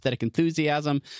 enthusiasm